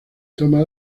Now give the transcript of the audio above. toma